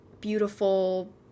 beautiful